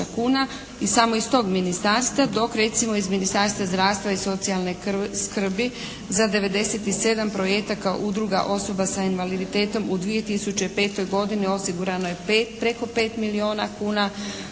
kuna i samo iz tog ministarstva, dok recimo iz Ministarstva zdravstva i socijalne skrbi za 97 projekata udruga osoba sa invaliditetom u 2005. godini osigurano je preko 5 milijuna kuna,